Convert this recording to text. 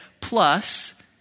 plus